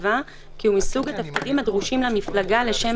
קבע כי הוא מסוג התפקידים הדרושים למפלגה לשם